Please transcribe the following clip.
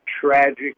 tragic